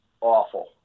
awful